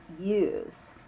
use